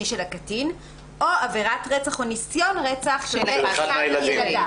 של הקטין או עבירת רצח או ניסיון רצח של אחד מהילדים.